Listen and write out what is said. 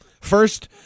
first